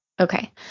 Okay